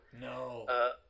No